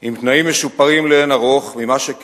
עם תנאים משופרים לאין ערוך ממה שהם